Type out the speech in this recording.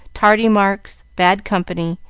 tardy marks, bad company,